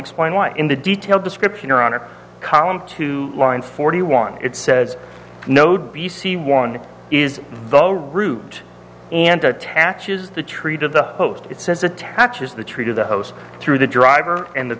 explain why in the detailed description around a column two lines forty one it says node b c one is the root and attaches the tree to the host it says attaches the tree to the host through the driver and the